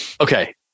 Okay